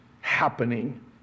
happening